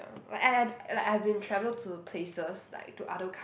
like I I d~like I've been travel to places like to other coun~